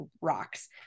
rocks